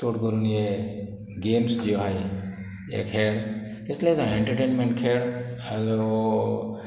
चोड करून ये गेम्स ज्यो हाय हे खेळ केसलेय जावं एन्टरटेनमेंट खेळ वो